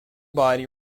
body